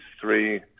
three